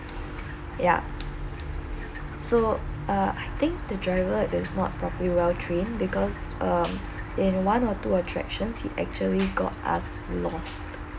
yup so uh I think the driver is not properly well trained because um in one or two attractions he actually got us lost